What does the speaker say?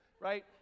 right